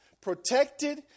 protected